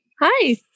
Hi